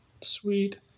Sweet